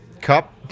cup